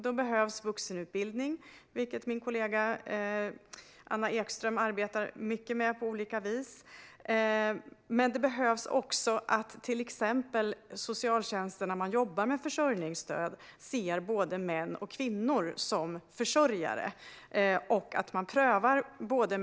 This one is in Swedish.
Då behövs vuxenutbildning, vilket min kollega Anna Ekström på olika vis arbetar mycket med. Det krävs också att exempelvis socialtjänsten ser både män och kvinnor som försörjare när man jobbar med försörjningsstöd.